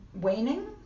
waning